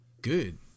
Good